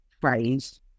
phrase